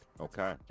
okay